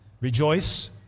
Rejoice